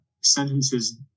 sentences